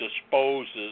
disposes